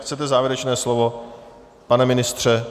Chcete závěrečné slovo, pane ministře?